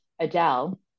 Adele